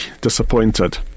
disappointed